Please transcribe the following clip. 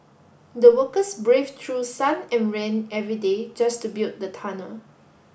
the workers braved through sun and rain every day just to build the tunnel